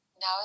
now